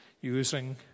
using